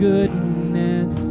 goodness